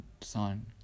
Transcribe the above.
sign